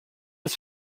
ist